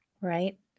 right